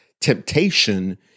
temptation